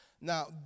Now